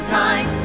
time